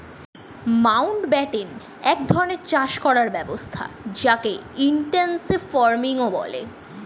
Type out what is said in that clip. Mountbatten এক রকমের চাষ করার ব্যবস্থা যকে ইনটেনসিভ ফার্মিংও বলে